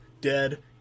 dead